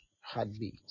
heartbeat